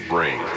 Brain